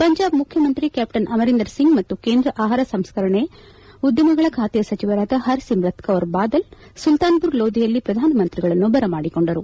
ಪಂಜಾಬ್ ಮುಖ್ಯಮಂತ್ರಿ ಕ್ಯಾಪ್ಟನ್ ಅಮರಿಂದರ್ ಸಿಂಗ್ ಮತ್ತು ಕೇಂದ್ರ ಆಹಾರ ಸಂಸ್ಕರಣೆ ಉದ್ದಮಗಳ ಖಾತೆಯ ಸಚಿವರಾದ ಪರ್ಸಿವುತ್ಕೌರ್ ಬಾದಲ್ ಸುಲ್ತಾನ್ಪುರ್ ಲೋಧಿಯಲ್ಲಿ ಪ್ರಧಾನಮಂತ್ರಿಗಳನ್ನು ಬರಮಾಡಿಕೊಂಡರು